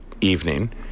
evening